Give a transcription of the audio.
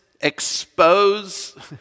Expose